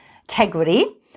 Integrity